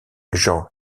jean